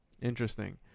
interesting